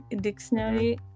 dictionary